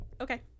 Okay